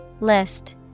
List